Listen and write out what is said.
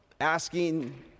asking